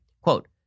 quote